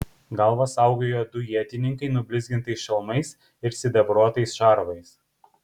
galvas saugojo du ietininkai nublizgintais šalmais ir sidabruotais šarvais